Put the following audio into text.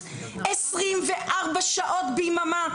בהישרדות 24 שעות ביממה,